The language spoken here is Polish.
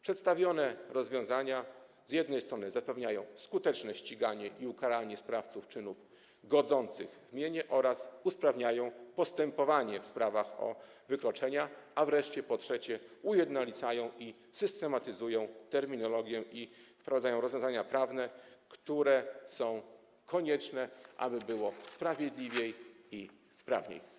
Przedstawione rozwiązania zapewniają skuteczne ściganie i karanie sprawców czynów godzących w mienie oraz usprawniają postępowania w sprawach o wykroczenia, a wreszcie ujednolicają i systematyzują terminologię oraz wprowadzają rozwiązania prawne, które są konieczne, aby było sprawiedliwiej i sprawniej.